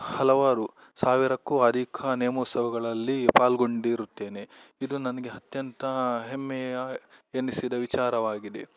ಹಲವಾರು ಸಾವಿರಕ್ಕೂ ಅಧಿಕ ನೇಮೋತ್ಸವಗಳಲ್ಲಿ ಪಾಲ್ಗೊಂಡಿರುತ್ತೇನೆ ಇದು ನನಗೆ ಅತ್ಯಂತ ಹೆಮ್ಮೆಯ ಎನಿಸಿದ ವಿಚಾರವಾಗಿದೆ